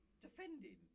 defending